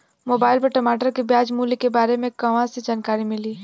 Mobile पर टमाटर के बजार मूल्य के बारे मे कहवा से जानकारी मिली?